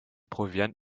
proviant